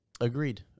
Agreed